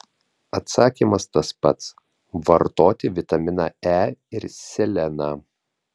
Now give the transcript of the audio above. atsakymas tas pats vartoti vitaminą e ir seleną